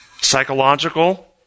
Psychological